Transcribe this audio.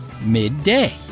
Midday